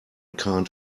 can’t